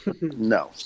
No